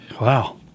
Wow